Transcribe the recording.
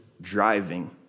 driving